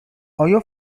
آیا